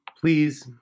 Please